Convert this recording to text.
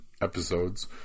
episodes